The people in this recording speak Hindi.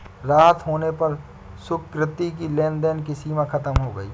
रात होने पर सुकृति की लेन देन की सीमा खत्म हो गई